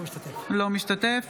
אינו משתתף